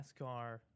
NASCAR